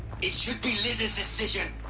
it should be lis's decision!